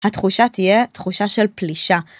התחושה תהיה תחושה של פלישה.